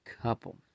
couple